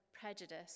Prejudice